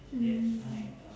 mm